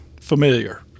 familiar